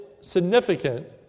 significant